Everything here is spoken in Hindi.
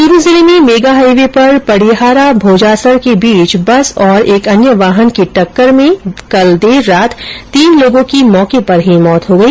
चूरू जिले में मेगाहाईवे पर पडिहारा भोजासर के बीच बस और एक अन्य वाहन की टक्कर में देर रात को तीन लोगों की मौके पर ही मौत हो गई